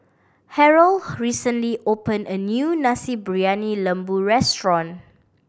Harold recently opened a new Nasi Briyani Lembu restaurant